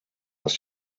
als